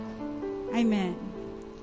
Amen